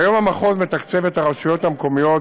כיום המחוז מתקצב את הרשויות המקומיות,